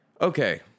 okay